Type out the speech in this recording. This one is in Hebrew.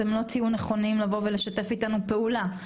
אתם לא תהיו נכונים לשתף איתנו פעולה.